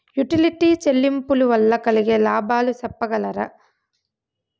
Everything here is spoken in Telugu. యుటిలిటీ చెల్లింపులు వల్ల కలిగే లాభాలు సెప్పగలరా?